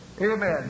Amen